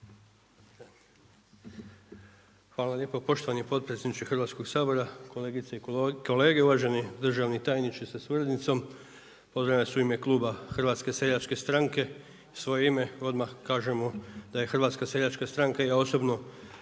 Hvala lijepo poštovani potpredsjedniče Hrvatskog sabora. Kolegice i kolege, uvaženi državni tajniče sa suradnicom. Pozdravljam vas u ime kluba HSS-a i u svoje ime odmah kažemo da je HSS i ja osobno